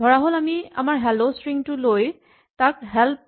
ধৰাহ'ল আমি আমাৰ "হেল্ল" ষ্ট্ৰিং টো লৈ তাক "হেল্প